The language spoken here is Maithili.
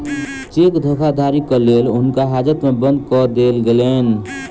चेक धोखाधड़ीक लेल हुनका हाजत में बंद कअ देल गेलैन